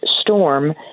storm